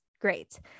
great